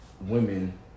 women